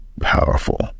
Powerful